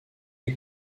est